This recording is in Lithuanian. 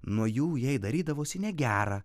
nuo jų jai darydavosi negera